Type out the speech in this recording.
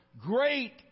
great